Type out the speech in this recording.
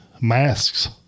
masks